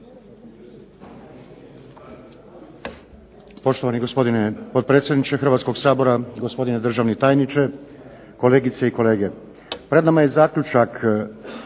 Hvala vam